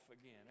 again